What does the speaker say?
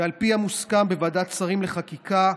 ועל פי המוסכם בוועדת השרים לחקיקה,